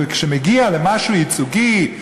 וכשמגיעים למשהו ייצוגי,